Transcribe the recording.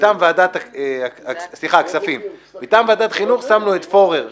ומטעם ועדת החינוך שמנו את פורר,